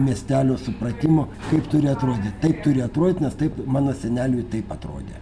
miestelio supratimo kaip turi atrodyt taip turi atrodyt nes taip mano seneliui taip atrodė